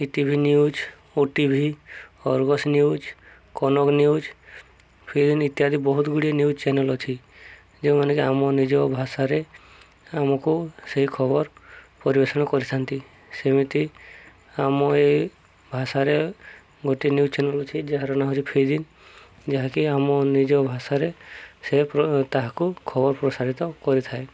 ETV news OTV Argus news Kanak news ଫିଦିନ ଇତ୍ୟାଦି ବହୁତ ଗୁଡ଼ିଏ ନ୍ୟୁଜ୍ ଚ୍ୟାନେଲ ଅଛି ଯେଉଁମାନେ କି ଆମ ନିଜ ଭାଷାରେ ଆମକୁ ସେଇ ଖବର ପରିବେଷଣ କରିଥାନ୍ତି ସେମିତି ଆମ ଏଇ ଭାଷାରେ ଗୋଟେ ନ୍ୟୁଜ୍ ଚ୍ୟାନେଲ ଅଛି ଯାହାର ନାଁ ଅଛି ଫିଦିନ ଯାହାକି ଆମ ନିଜ ଭାଷାରେ ସେ ତାହାକୁ ଖବର ପ୍ରସାରିତ କରିଥାଏ